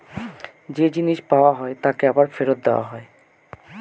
যে জিনিস পাওয়া হয় তাকে আবার ফেরত দেওয়া হয়